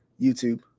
YouTube